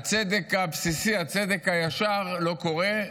הצדק הבסיסי, הצדק הישר, זה לא קורה.